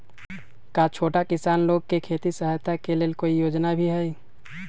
का छोटा किसान लोग के खेती सहायता के लेंल कोई योजना भी हई?